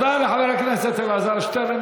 תודה לחבר הכנסת אלעזר שטרן.